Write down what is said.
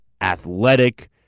athletic